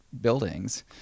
buildings